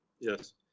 yes